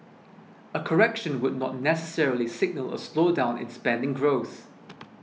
a correction would not necessarily signal a slowdown in spending growth